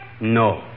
No